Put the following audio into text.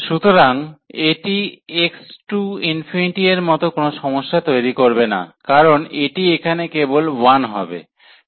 সুতরাং এটি x→∞ এর মতো কোনও সমস্যা তৈরি করবে না কারণ এটি এখানে কেবল 1 হবে